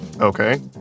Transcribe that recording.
Okay